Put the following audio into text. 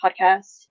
podcasts